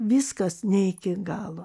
viskas ne iki galo